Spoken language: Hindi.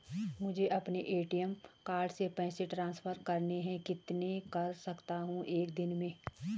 मुझे अपने ए.टी.एम कार्ड से पैसे ट्रांसफर करने हैं कितने कर सकता हूँ एक दिन में?